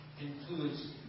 includes